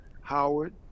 Howard